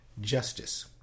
justice